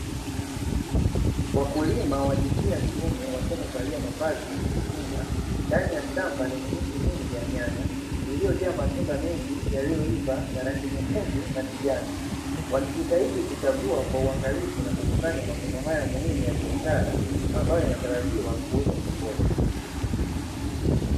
Wakulima wanajinsia wa kiume wakiwa wamevalia mavazi ya kujikinga, ndani ya shamba lenye miti mingi ya nyanya iliyojaa matunda mengi yaliyokomaa ya rangi nyekundu na kijani. Wakijitahidi kuchagua kwa uangalifu na kukusanya mavuno haya muhimu ya biashara ambayo yanatarajiwa kuuzwa sokoni.